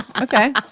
okay